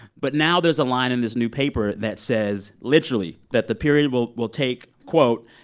but now there's a line in this new paper that says literally that the period will will take, quote,